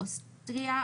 אוסטריה,